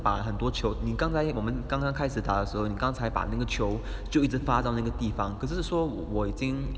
把很多球你刚才我们刚刚开始打的时候刚才把那个球就一直发到那个地方可是说我已经